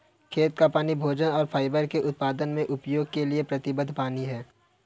खेत का पानी भोजन और फाइबर के उत्पादन में उपयोग के लिए प्रतिबद्ध पानी है